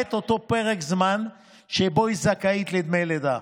למעט אותו פרק זמן שבו היא זכאית לדמי לידה.